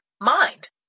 mind